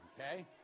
Okay